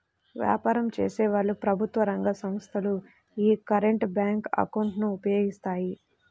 వ్యాపారం చేసేవాళ్ళు, ప్రభుత్వ రంగ సంస్ధలు యీ కరెంట్ బ్యేంకు అకౌంట్ ను ఉపయోగిస్తాయి